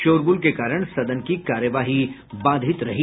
शोरगुल के कारण सदन की कार्यवाही बाधित रही